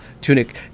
tunic